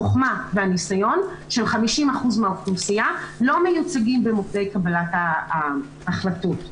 החוכמה והניסיון של 50% מהאוכלוסייה לא מיוצגים במוקדי קבלת ההחלטות.